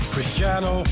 Cristiano